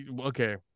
okay